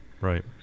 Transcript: Right